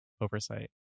oversight